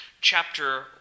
chapter